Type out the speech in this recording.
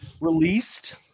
released